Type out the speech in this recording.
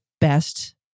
best